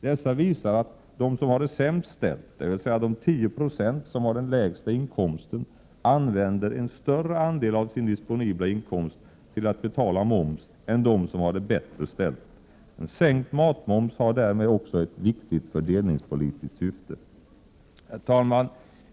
Dessa visar att de som har det sämst ställt, dvs. de 10 96 som har den lägsta inkomsten, använder en större andel av sin disponibla inkomst till att betala moms än de som har det bättre ställt. En sänkning av matmomsen har därmed också ett viktigt fördelningspolitiskt syfte. Herr talman!